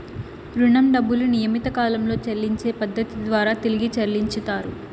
రుణం డబ్బులు నియమిత కాలంలో చెల్లించే పద్ధతి ద్వారా తిరిగి చెల్లించుతరు